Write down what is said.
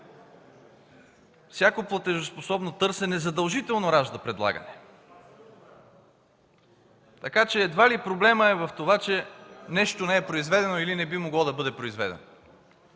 Всяко платежоспособно търсене задължително ражда предлагане, така че едва ли проблемът е в това, че нещо не е произведено или не би могло да бъде произведено.